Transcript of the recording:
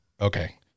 okay